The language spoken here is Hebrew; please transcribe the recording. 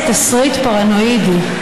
איזה תסריט פרנואידי.